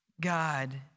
God